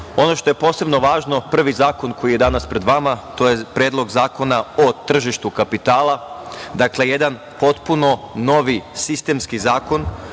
što je posebno važno, prvi zakon koji je danas pred vama, to je Predlog zakona o tržištu kapitala, jedan potpuno novi sistemski zakon,